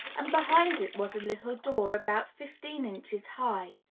and behind it was a little door about fifteen inches high.